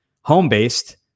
home-based